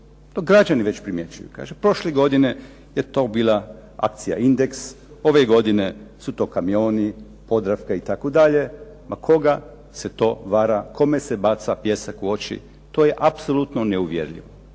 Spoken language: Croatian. To građani već primjećuju. Kaže prošle godine je to bila akcija "Indeks", ove godine su to "kamioni", "Podravka" itd. Ma koga se to vara, kome se baca pijesak u oči. To je apsolutno neuvjerljivo.